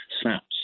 snaps